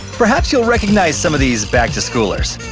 perhaps you'll recognize some of these back-to-schoolers.